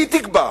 היא תקבע.